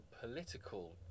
political